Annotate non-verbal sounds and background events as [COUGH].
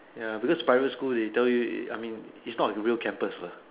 ya because private school they tell you [NOISE] I mean its not a real campus lah